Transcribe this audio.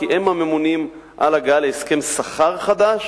כי הם הממונים על הגעה להסכם שכר חדש,